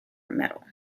medal